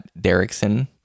Derrickson